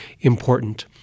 important